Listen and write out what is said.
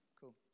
Cool